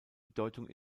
bedeutung